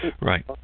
Right